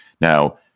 Now